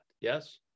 yes